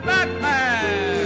Batman